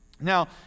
Now